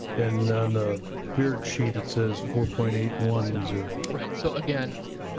and on the baird sheet it says four point eight one zero. right, so again,